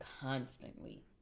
constantly